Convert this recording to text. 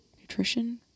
nutrition